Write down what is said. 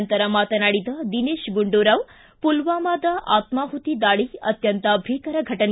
ನಂತರ ಮಾತನಾಡಿದ ದಿನೇತ ಗುಂಡೂರಾವ್ ಪುಲ್ವಾಮಾದ ಆತ್ಮಾಪುತಿ ದಾಳಿ ಅತ್ಯಂತ ಭೀಕರ ಘಟನೆ